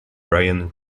brian